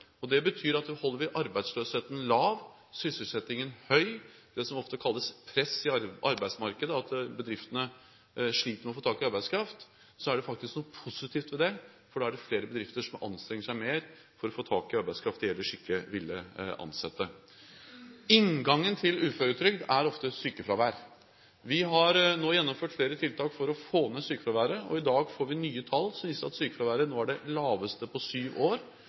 Det betyr at holder vi arbeidsløsheten lav og sysselsettingen høy – det som ofte kalles «press i arbeidsmarkedet», at bedriftene sliter med å få tak i arbeidskraft – er det faktisk noe positivt ved det, for da er det flere bedrifter som anstrenger seg mer for å få tak i arbeidskraft de ellers ikke ville ansette. Inngangen til uføretrygd er ofte sykefravær. Vi har nå gjennomført flere tiltak for å få ned sykefraværet, og i dag får vi nye tall som viser at sykefraværet nå er det laveste på syv år.